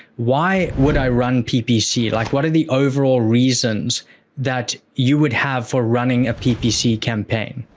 why would i run ppc? like what are the overall reasons that you would have for running a ppc campaign?